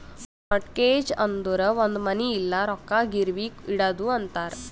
mortgage ಅಂದುರ್ ಒಂದ್ ಮನಿ ಇಲ್ಲ ರೊಕ್ಕಾ ಗಿರ್ವಿಗ್ ಇಡದು ಅಂತಾರ್